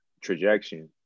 trajectory